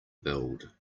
build